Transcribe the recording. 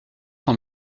t’en